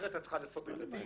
אחרת את צריכה לעשות מדדים.